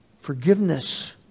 forgiveness